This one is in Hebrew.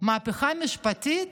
מהפיכה משפטית,